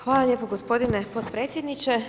Hvala lijepo gospodine potpredsjedniče.